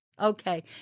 Okay